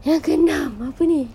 yang keenam apa ini